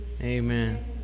Amen